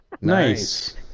nice